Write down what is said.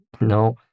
No